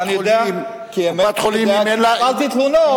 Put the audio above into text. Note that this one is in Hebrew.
אני יודע כי קיבלתי תלונות,